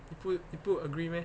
你不你不 agree meh